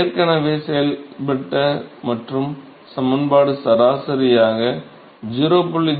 ஏற்கனவே செயல்பட்ட மற்றும் சமன்பாடு சராசரியாக 0